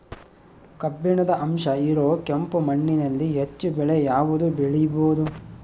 ಕಬ್ಬಿಣದ ಅಂಶ ಇರೋ ಕೆಂಪು ಮಣ್ಣಿನಲ್ಲಿ ಹೆಚ್ಚು ಬೆಳೆ ಯಾವುದು ಬೆಳಿಬೋದು?